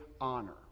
honor